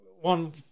one